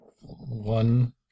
one